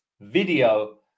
video